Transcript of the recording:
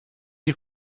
die